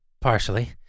partially